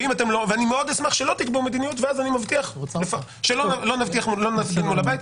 ואני מאוד אשמח שלא תקבעו מדיניות ואז אני מבטיח שלא נפגין מול הבית.